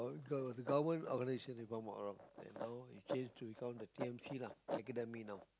the the government organisation if I'm not wrong then now it change to some of the t_n_c lah academic now